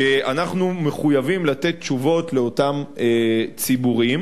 אנחנו מחויבים לתת תשובות לאותם ציבורים,